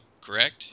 correct